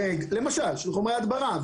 למשל, חומרי הדברה.